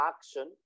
action